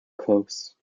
close